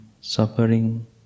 suffering